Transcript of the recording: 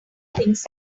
things